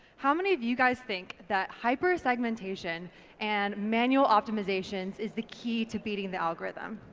how many of you guys think that hyper-segmentation and manual optimisations is the key to beating the algorithm?